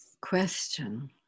question